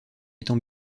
étant